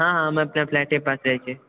हँ हँ हम अपना फ्लैटे पास रहैत छियै